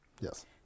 Yes